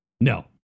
no